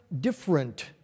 different